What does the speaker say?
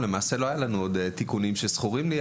למעשה, לא היו לנו עוד תיקונים שזכורים לי.